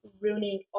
ruining